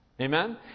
Amen